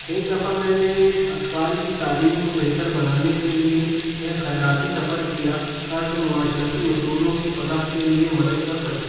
ایک دفعہ میں نے ایک اطفال کی تعلیم کو بہتر بنانے کے لیے ایک خیراتی سفر کیا تاکہ معاشرتی اصولوں کی فلاح کے لیے مدد کر سکوں